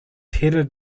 headed